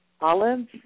olives